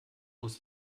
muss